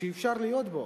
שאפשר להיות בו.